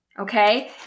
Okay